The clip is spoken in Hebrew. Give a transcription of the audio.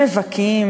מבכים,